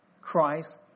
Christ